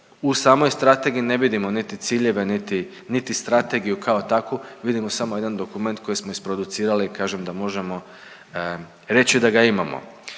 u samoj strategiji ne vidimo niti ciljeve, niti strategiju kao takvu. Vidimo samo jedan dokument koji smo isproducirali kažem da možemo reći da ga imamo.